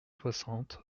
soixante